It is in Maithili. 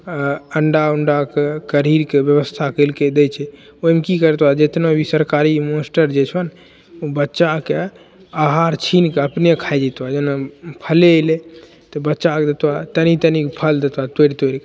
आ अण्डा उण्डाके कढ़ीके ब्यवस्था करिके दै छै ओहिमे की करतऽ जेतनाभी सरकारी मास्टर जे छऽ ने बच्चाके आहार छीनके अपने खाय जैतऽ जेना फले अयलै तऽ ब्च्चाके देतऽ तनी तनीगो फल देतऽ तोरि तोरि